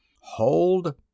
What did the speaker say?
Hold